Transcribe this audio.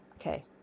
okay